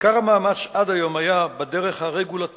עיקר המאמץ עד היום היה בדרך הרגולטורית,